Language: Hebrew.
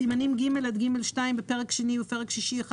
סימנים ג' עד ג'2 בפרק שני ובפרק שישי 1